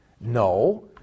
No